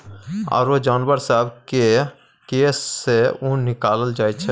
आरो जानबर सब केर केश सँ ऊन निकालल जाइ छै